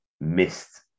missed